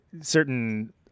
certain